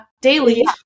daily